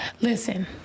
listen